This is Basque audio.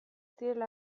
direla